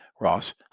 Ross